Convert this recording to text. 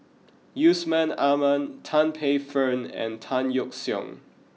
Yusman Aman Tan Paey Fern and Tan Yeok Seong